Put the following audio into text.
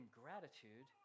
gratitude